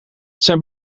zijn